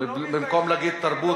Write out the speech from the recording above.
במקום להגיד "תרבות,